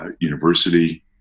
University